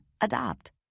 Adopt